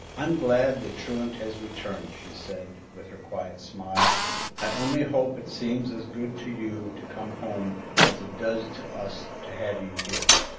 i'm glad the truant has returned, she said, with her quiet smile i only hope it seems as good to you to come home as it does to us to have you here!